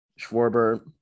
Schwarber